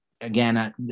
Again